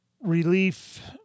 relief